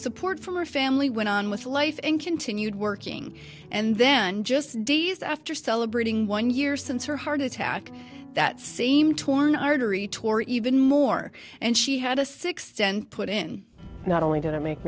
support from her family went on with life in continued working and then just days after celebrating one year since her heart attack that same torn artery tore even more and she had a six ten put in not only did it make